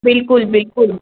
बिल्कुलु बिल्कुलु